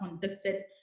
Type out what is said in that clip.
conducted